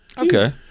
okay